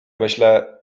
myślę